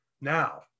Now